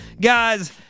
guys